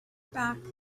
back